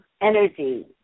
energy